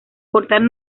portal